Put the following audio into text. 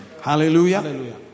Hallelujah